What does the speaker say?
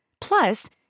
Plus